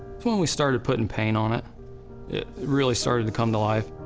when we started putting paint on it, it really started to come to life.